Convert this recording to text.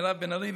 מירב בן ארי,